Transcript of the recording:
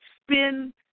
spin